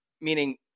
Meaning